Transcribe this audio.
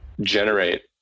generate